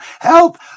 Help